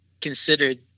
considered